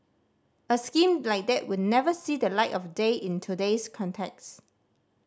a scheme like that would never see the light of day in today's context